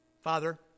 Father